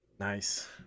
Nice